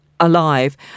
alive